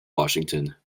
washington